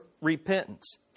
repentance